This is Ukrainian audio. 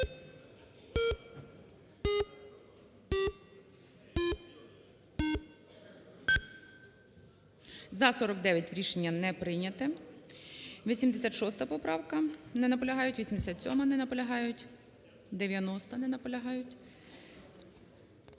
За-49 Рішення не прийнято. 86-а поправка. Не наполягають. 87-а. Не наполягають. 90-а. Не наполягають.